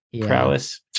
prowess